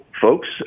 folks